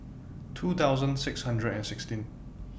two thousand six hundred and sixteen